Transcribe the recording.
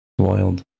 wild